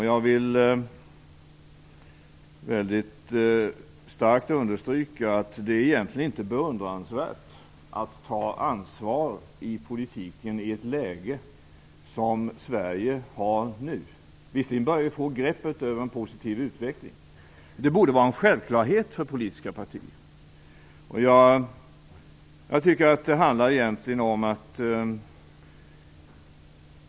Jag vill mycket starkt understryka att det egentligen inte är beundransvärt att ta ansvar i politiken i det läge som Sverige befinner sig i nu. Visserligen börjar vi få greppet över en positiv utveckling. Det borde vara en självklarhet för politiska partier.